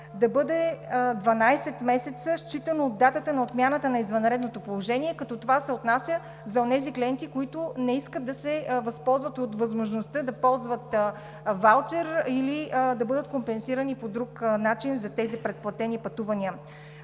да бъде 12 месеца, считано от датата на отмяната на извънредното положение, като това се отнася за онези клиенти, които не искат да се възползват от възможността да ползват ваучер, или да бъдат компенсирани по друг начин за тези предплатени пътувания.